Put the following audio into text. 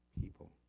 people